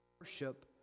worship